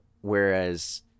whereas